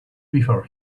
before